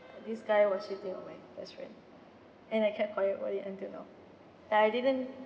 this guy was cheating on my best friend and I kept quiet about it until now like I didn't